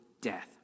death